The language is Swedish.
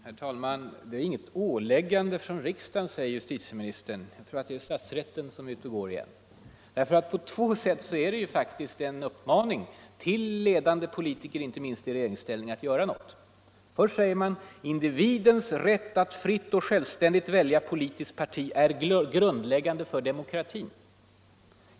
Herr talman! Det är inget ”åläggande” från riksdagen, säger justitieministern. Jag tror att det är statsrätten som är ute och går igen. För det är det faktiskt en uppmaning till ledande politiker, inte minst i regeringsställning, att göra någonting. Så här säger riksdagen: ”Individens rätt att fritt och självständigt välja politiskt parti är grundläggande för demokratin.